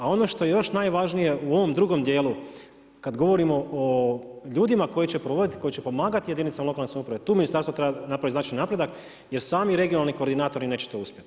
A ono što je još najvažnije u ovom drugo dijelu, kada govorimo o ljudima koji će provoditi, koji će pomagati jedinicama lokalne samouprave, tu ministarstvo treba napraviti značajni napredak jer sami regionalni koordinatori neće to uspjeti.